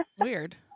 weird